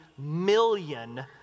million